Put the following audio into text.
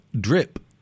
drip